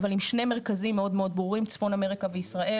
אבל עם שני מרכזים מאוד מאוד ברורים: צפון אמריקה וישראל.